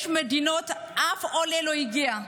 יש מדינות שמהן אף עולה לא הגיע,